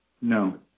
No